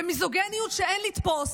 במיזוגיניות שאין לתפוס,